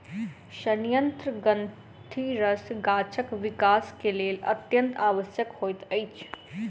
सयंत्र ग्रंथिरस गाछक विकास के लेल अत्यंत आवश्यक होइत अछि